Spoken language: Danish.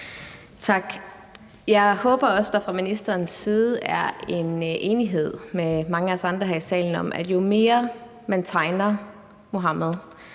Tak. Jeg håber også, at der fra ministerens side er en enighed med mange af os andre her i salen om, at jo mere man tegner Muhammed,